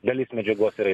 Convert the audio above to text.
dalis medžiagos yra